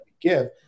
give